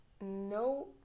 no